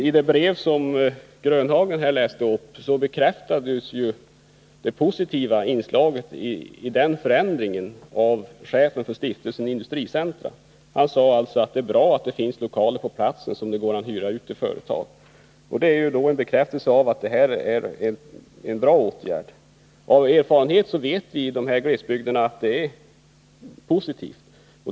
I det brev som Nils-Olof Grönhagen läste upp bekräftade chefen för Stiftelsen Industricentra det positiva i den förändringen. Han sade att det är bra att det finns lokaler på platsen som det går att hyra ut till företag. Det är en bekräftelse av att det är en bra åtgärd. Av erfarenhet vet vi i glesbygderna att det är positivt.